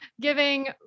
giving